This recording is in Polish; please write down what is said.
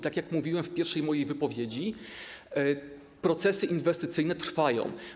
Tak jak mówiłem podczas pierwszej mojej wypowiedzi, procesy inwestycyjne trwają.